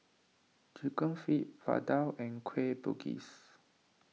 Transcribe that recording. Chicken Feet Vadai and Kueh Bugis